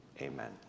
amen